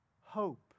hope